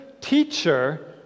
teacher